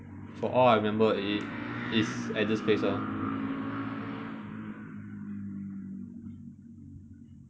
for all I remember is is at this place ah